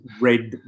red